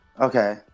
Okay